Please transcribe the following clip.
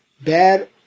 bad